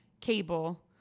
cable